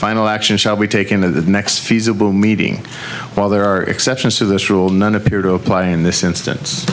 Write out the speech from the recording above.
final action shall be taken the next feasible meeting while there are exceptions to this rule none appear to apply in this instance